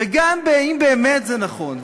וגם אם באמת זה נכון,